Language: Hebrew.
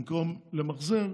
במקום למחזר,